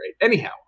Anyhow